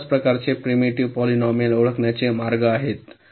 तर अशा प्रकारचे प्रिमिटिव्ह पॉलिनोमिल ओळखण्याचे मार्ग आहेत